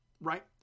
right